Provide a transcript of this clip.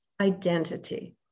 identity